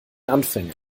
anfängen